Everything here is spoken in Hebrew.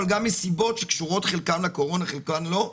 אבל גם מסיבות שקשורות חלקן לקורונה וחלקן לא,